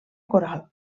coral